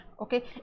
okay